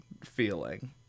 feeling